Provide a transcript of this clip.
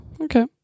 Okay